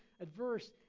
adverse